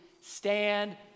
stand